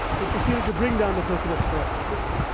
who proceeded to bring down the coconuts for us to drink.